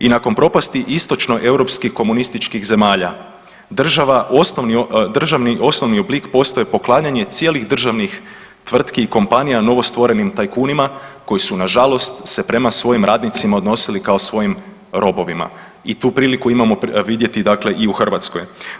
I nakon propasti istočnoeuropskih komunističkih zemalja, državni osnovni oblik postaje poklanjanje cijelih državnih tvrtki i kompanija novostvorenim tajkunima koji su nažalost se prema svojim radnicima odnosili kao svojim robovima i tu priliku imamo vidjeti i u Hrvatskoj.